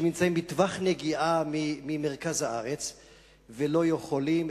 שנמצאים בטווח נגיעה ממרכז הארץ ולא יכולים,